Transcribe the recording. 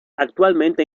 actualmente